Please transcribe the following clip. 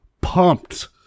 pumped